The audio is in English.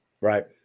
Right